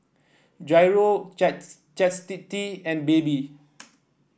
Jairo Chastity and Baby